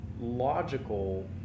logical